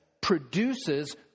produces